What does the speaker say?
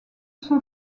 son